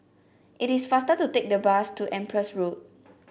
it is faster to take the bus to Empress Road